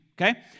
okay